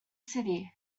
city